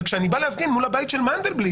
וכשאני בא להפגין מול הבית של מנדלבליט,